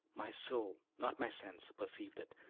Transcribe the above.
my soul, not my sense, perceived it,